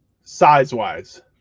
Size-wise